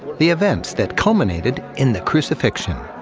the events that culminated in the crucifixion.